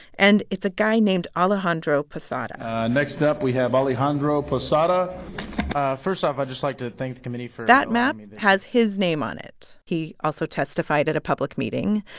and it's a guy named alejandro posada and next up, we have alejandro posada first off, i'd just like to thank the committee for. that map has his name on it. he also testified at a public meeting,